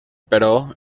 però